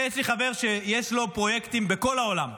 אתה יודע, יש לי חבר שיש לו פרויקטים בכל העולם.